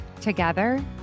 together